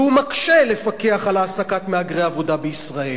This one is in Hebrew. והוא מקשה לפקח על העסקת מהגרי עבודה בישראל.